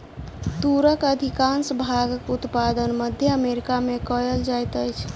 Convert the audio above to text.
तूरक अधिकाँश भागक उत्पादन मध्य अमेरिका में कयल जाइत अछि